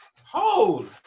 Hold